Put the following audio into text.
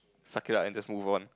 suck it up and just move on